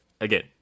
again